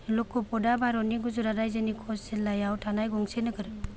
लखपतआ भारतनि गुजरात रायजोनि कच्छ जिल्लायाव थानाय गंसे नोगोर